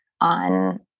on